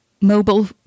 mobile